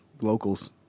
locals